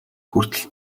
хүртэл